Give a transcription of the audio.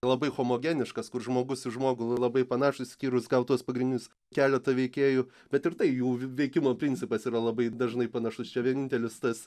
labai homogeniškas kur žmogus į žmogų labai panašūs išskyrus gal tuos pagrindinius keletą veikėjų bet ir tai jų veikimo principas yra labai dažnai panašus čia vienintelis tas